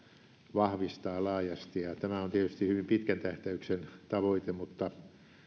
vahvistaa laajasti ja ja tämä on tietysti hyvin pitkän tähtäyksen tavoite mutta